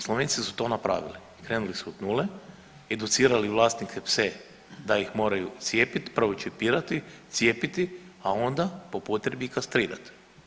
Slovenci su to napravili, krenuli su od nule, educirali vlasnike, pse da ih moraju cijepiti, prvo čipirati, cijepiti, a onda po potrebi i kastrirat.